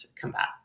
combat